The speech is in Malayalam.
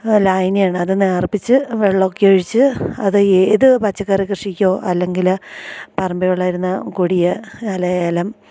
ലായിനിയാണ് അത് നേർപ്പിച്ച് വെള്ളം ഒക്കെ ഒഴിച്ച് അത് ഏത് പച്ചക്കറി കൃഷിക്കോ അല്ലെങ്കിൽ പറമ്പി വളരുന്ന കൊടിയ അല്ലേ ഏലം